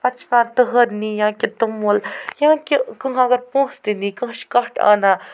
پَتہٕ چھِ پٮ۪وان تٕہَر نِنۍ یا کیٚنہہ توٚمُل یا کہِ کانٛہہ اگر پونٛسہٕ تہِ نی کانٛہہ چھِ کَٹھ اَنان